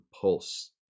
pulse